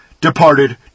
departed